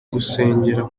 gusengera